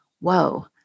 whoa